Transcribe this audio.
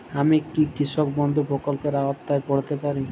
আমি কি কৃষক বন্ধু প্রকল্পের আওতায় পড়তে পারি?